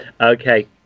Okay